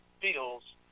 feels